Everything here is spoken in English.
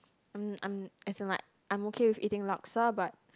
um I'm as in like I'm okay with eating laksa but